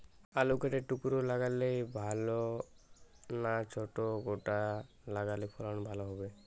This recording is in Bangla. আলু কেটে টুকরো লাগালে ভাল না ছোট গোটা লাগালে ফলন ভালো হবে?